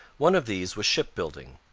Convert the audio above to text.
one of these was shipbuilding.